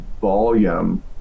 volume